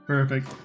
Perfect